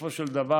בסופו של דבר,